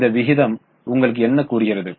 இந்த விகிதம் உங்களுக்கு என்ன கூறுகிறது